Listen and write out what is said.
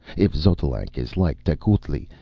if xotalanc is like tecuhltli,